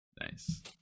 Nice